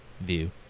view